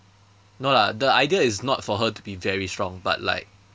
no lah the idea is not for her to be very strong but like